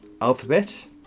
alphabet